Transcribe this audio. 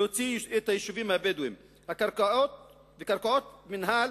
להוציא את היישובים הבדואיים וקרקעות מינהל